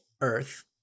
earth